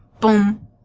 boom